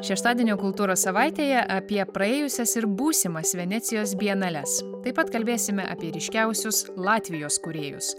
šeštadienio kultūros savaitėje apie praėjusias ir būsimas venecijos bienales taip pat kalbėsime apie ryškiausius latvijos kūrėjus